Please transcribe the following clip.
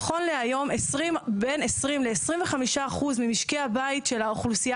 נכון להיום בין 20% ל-25% ממשקי הבית של האוכלוסייה